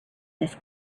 this